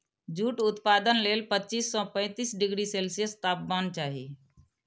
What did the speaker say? jute उत्पादन लेल पच्चीस सं पैंतीस डिग्री सेल्सियस तापमान चाही